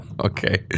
Okay